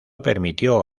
permitió